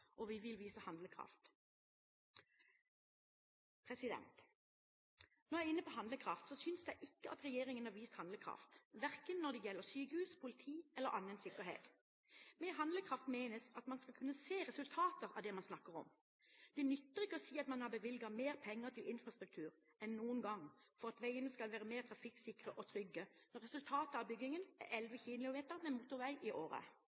og vi vil vise handlekraft. Når jeg er inne på handlekraft, så synes jeg ikke at regjeringen har vist handlekraft, verken når det gjelder sykehus, politi eller annen sikkerhet. Med handlekraft menes at man skal kunne se resultater av det man snakker om. Det nytter ikke å si at man har bevilget mer penger til infrastruktur enn noen gang for at veiene skal være mer trafikksikre og trygge, når resultatet av byggingen er 11 km med motorvei i året.